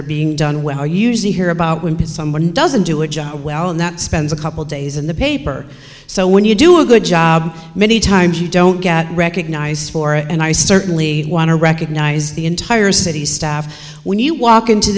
are being done well i usually hear about when someone doesn't do a job well and that spends a couple days in the paper so when you do a good job many times you don't get recognized for it and i certainly want to recognize the entire city staff when you walk into